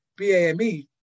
BAME